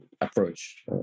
approach